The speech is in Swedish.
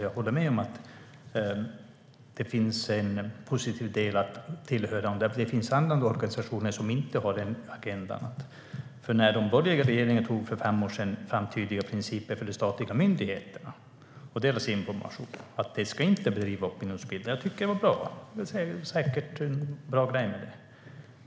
Jag håller med om det finns en positiv del, alltså att det finns andra organisationer som inte har den agendan. När den borgerliga regeringen för fem år sedan tog fram tydliga principer för de statliga myndigheterna och deras information skulle de inte bedriva opinionsbildning, och jag tycker att det var bra. Det finns säkert en bra grej med det.